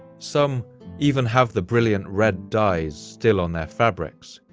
some even have the brilliant red dyes still on their fabrics,